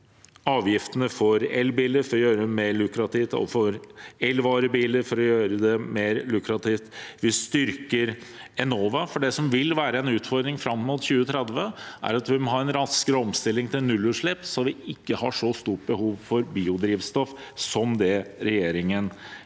avgiftene for elbiler for å gjøre det mer lukrativt med tanke på elvarebiler, og vi styrker Enova. Det som vil være en utfordring fram mot 2030, er at vi må ha en raskere omstilling til nullutslipp, så vi ikke har så stort behov for biodrivstoff som det regjeringen